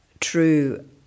true